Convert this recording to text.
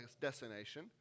destination